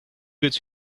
gets